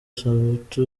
samputu